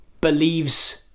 believes